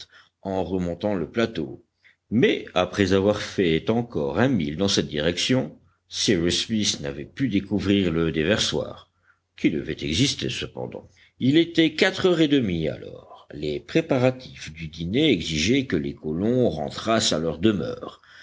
en remontant le plateau mais après avoir fait encore un mille dans cette direction cyrus smith n'avait pu découvrir le déversoir qui devait exister cependant il était quatre heures et demie alors les préparatifs du dîner exigeaient que les colons rentrassent à leur demeure